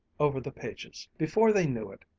over the pages. before they knew it,